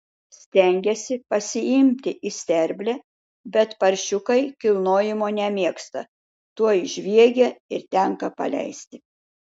stengiasi pasiimti į sterblę bet paršiukai kilnojimo nemėgsta tuoj žviegia ir tenka paleisti